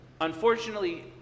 unfortunately